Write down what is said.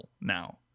now